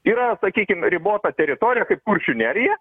yra sakykim ribota teritorija kaip kuršių nerija